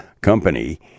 company